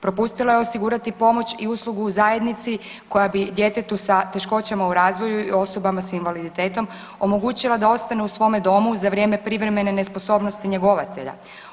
Propustila je osigurati pomoć i uslugu u zajednici koja bi djetetu sa teškoćama u razvoju i osobama s invaliditetom omogućila da ostane u svome domu za vrijeme privremene nesposobnosti njegovatelja.